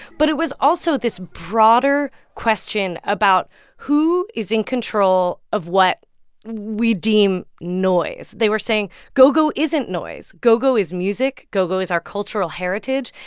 but it was also this broader question about who is in control of what we deem noise? they were saying go-go isn't noise. go-go is music. go-go is our cultural heritage.